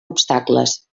obstacles